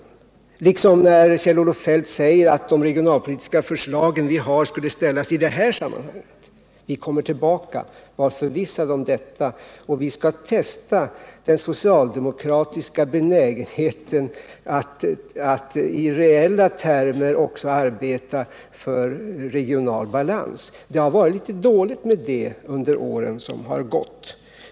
Det är det också när Kjell-Olof Feldt säger att de regionalpolitiska förslag vi har borde sättas in i det här sammanhanget. Vi kommer tillbaka med våra förslag, var förvissad om det! Vi skall då testa den socialdemokratiska benägenheten att också i reella termer arbeta för regional balans. Det har varit litet dåligt med den saken under åren som gått.